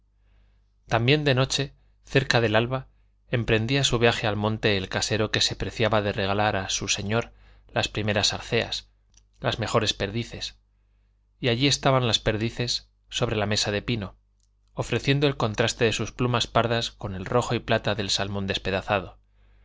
también de noche cerca del alba emprendía su viaje al monte el casero que se preciaba de regalar a su señor las primeras arceas las mejores perdices y allí estaban las perdices sobre la mesa de pino ofreciendo el contraste de sus plumas pardas con el rojo y plata del salmón despedazado